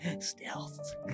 stealth